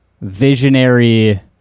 visionary